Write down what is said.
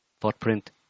footprint